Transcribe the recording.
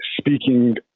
speaking